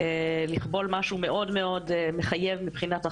לכבול משהו מאוד מחייב מבחינת החלוקה.